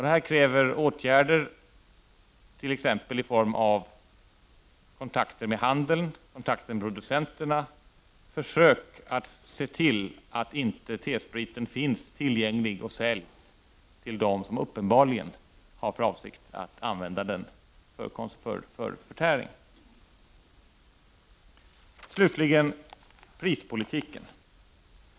Därför krävs det åtgärder, t.ex. i form av kontakter med handeln och med producenterna, så att man försöker se till att T spriten inte finns tillgänglig och säljs till dem som uppenbarligen har för avsikt att använda den för förtäring. Slutligen vill jag ta upp prispolitiken.